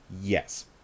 Yes